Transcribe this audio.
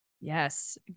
Yes